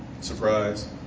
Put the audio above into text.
Surprise